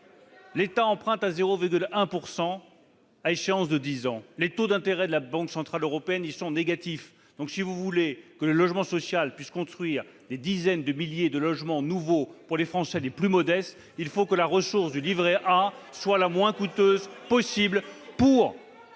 l'État emprunte à 0,1 % à échéance de dix ans. Les taux d'intérêt de la Banque centrale européenne sont négatifs. Si nous voulons que le secteur du logement social puisse construire des dizaines de milliers de logements nouveaux pour les Français les plus modestes, il faut que la ressource du livret A soit la moins coûteuse possible pour